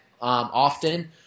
often